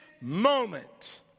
moment